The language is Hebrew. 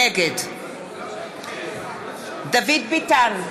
נגד דוד ביטן,